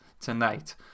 tonight